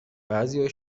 بعضیا